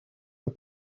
the